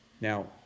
now